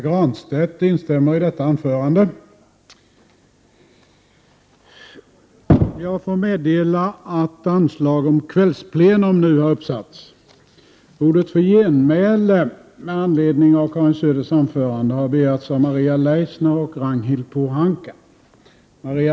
Jag får meddela att anslag nu har satts upp om att detta sammanträde skall fortsätta efter kl. 19.00.